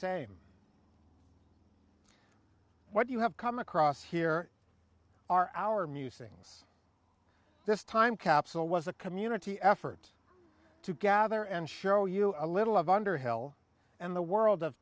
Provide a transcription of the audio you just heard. same what you have come across here are our musings this time capsule was a community effort to gather and show you a little of underhill and the world of